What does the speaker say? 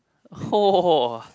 !whoa!